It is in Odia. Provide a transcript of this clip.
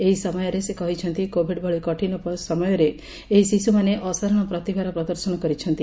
ଏହି ସମୟରେ ସେ କହିଛନ୍ତି କୋଭିଡ୍ ଭଳି କଠିନ ସମୟରେ ଏହି ଶିଶୁମାନେ ଅସାଧାରଣ ପ୍ରତିଭା ପ୍ରଦର୍ଶନ କରିଛନ୍ତି